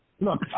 look